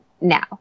now